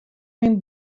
myn